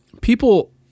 People